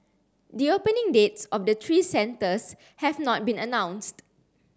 the opening dates of the three centres have not been announced